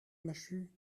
machut